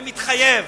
אני מתחייב